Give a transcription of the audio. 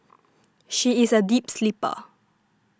she is a deep sleeper